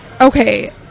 Okay